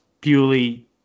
purely